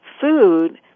food